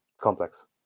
complex